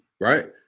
right